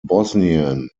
bosnian